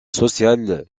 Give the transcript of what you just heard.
social